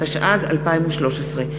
התשע"ג 2013,